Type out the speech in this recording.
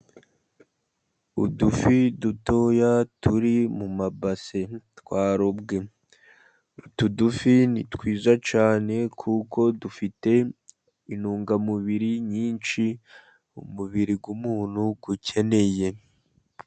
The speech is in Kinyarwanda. Udufi dutoya turi mu mabase twarobwe, utu dufi ni twiza cyane, kuko dufite intungamubiri nyinshi umubiri w'umuntu ukeneye.